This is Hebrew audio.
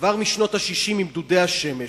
כבר משנות ה-60, עם דודי השמש,